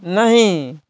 नहीं